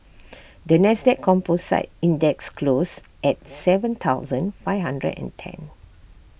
the Nasdaq composite index closed at Seven thousand five hundred and ten